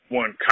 one